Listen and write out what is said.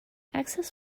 access